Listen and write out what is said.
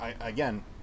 again